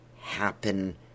happen